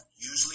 usually